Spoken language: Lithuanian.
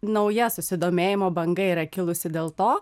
nauja susidomėjimo banga yra kilusi dėl to